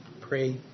pray